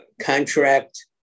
contract